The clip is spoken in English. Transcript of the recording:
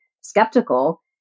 skeptical